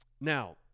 Now